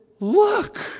look